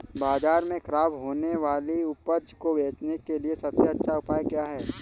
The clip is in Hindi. बाज़ार में खराब होने वाली उपज को बेचने के लिए सबसे अच्छा उपाय क्या हैं?